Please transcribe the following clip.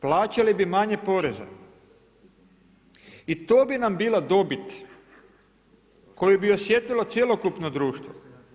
Plaćali bi manje poreze i to bi nam bila dobit koji bi osjetilo cjelokupno društvo.